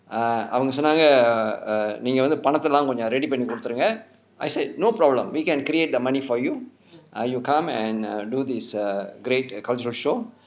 err அவங்க சொன்னாங்க நீங்க வந்து பணத்தை எல்லாம்:avnga sonnaanga ninga vanthu panathai ellaam ready பண்ணி கொடுத்திருங்க:panni koduthirunga I said no problem we can create the money for you err you come and err do this err great cultural show